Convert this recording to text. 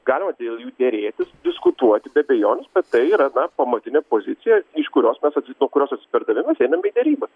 galima dėl jų derėtis diskutuoti be abejonės tai yra na pamatinė pozicija iš kurios mes atsi nuo kurios atsispirdami mes einame į derybas